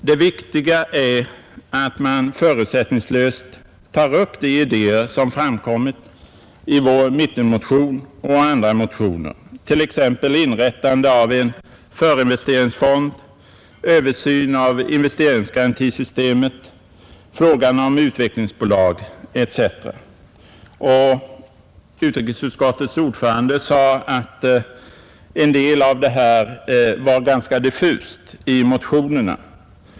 Det viktiga är att man förutsättningslöst tar upp de idéer som framkommit i mittenmotionen och andra motioner — inrättande av en förinvesteringsfond, översyn av investeringsgarantisystemet, frågan om utvecklingsbolag etc. Utrikesutskottets ordförande sade att en del av det här var ganska diffust i motionerna.